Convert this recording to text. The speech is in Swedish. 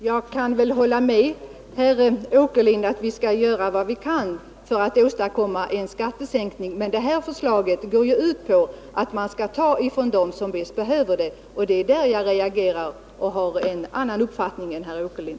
Herr talman! Jag kan hålla med herr Åkerlind om att vi skall göra vad vi kan för att åstadkomma en skattesänkning. Men det här förslaget går ju ut på att man skall ta ifrån dem som mest behöver pengarna, och det är därför jag reagerar och har en annan uppfattning än herr Åkerlind.